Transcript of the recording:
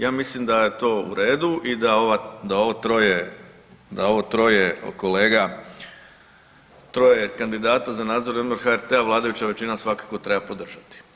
Ja mislim da je to u redu i da ovo troje kolega troje kandidata za Nadzorni odbor HRT-a vladajuća većina svakako treba podržati.